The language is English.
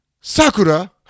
sakura